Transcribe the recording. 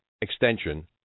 extension